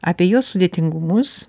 apie jos sudėtingumus